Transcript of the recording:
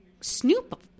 snoop